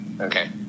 okay